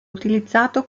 utilizzato